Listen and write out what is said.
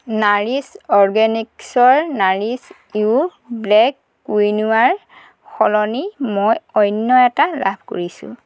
Nourish অৰ্গেনিকছৰ নাৰিছ য়ু ব্লেক কুইনোৱাৰ সলনি মই অন্য এটা লাভ কৰিছোঁ